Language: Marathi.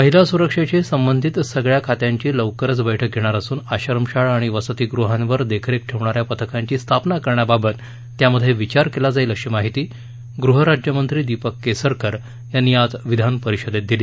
महिला सुरक्षेशी संबंधित सगळ्या खात्यांची लवकरच बैठक घेणार असून आश्रमशाळा आणि वसतीगृहांवर देखरेख ठेवण्यान्या पथकांची स्थापना करण्याबाबत त्यामध्ये विचार केला जाईल अशी माहिती गृहराज्यमंत्री दीपक केसरकर यांनी आज विधानपरिषदेत दिली